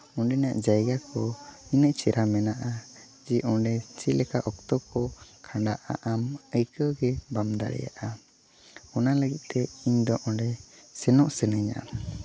ᱚᱸᱰᱮᱱᱟᱜ ᱡᱟᱭᱜᱟ ᱠᱚ ᱩᱱᱟᱹᱜ ᱪᱮᱦᱨᱟ ᱢᱮᱱᱟᱜᱼᱟ ᱡᱮ ᱚᱸᱰᱮ ᱪᱮᱫ ᱞᱮᱠᱟ ᱚᱠᱛᱚ ᱠᱚ ᱠᱷᱟᱱᱰᱟᱜᱼᱟ ᱟᱢ ᱟᱹᱭᱠᱟᱹᱣ ᱜᱮ ᱵᱟᱢ ᱫᱟᱲᱮᱭᱟᱜᱼᱟ ᱚᱱᱟ ᱞᱟᱹᱜᱤᱫ ᱛᱮ ᱤᱧ ᱫᱚ ᱚᱸᱰᱮ ᱥᱮᱱᱚᱜ ᱥᱟᱹᱱᱟᱹᱧᱟ